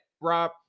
Rob